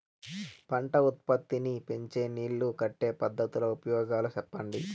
పంట ఉత్పత్తి నీ పెంచే నీళ్లు కట్టే పద్ధతుల ఉపయోగాలు చెప్పండి?